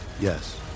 Yes